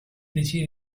decide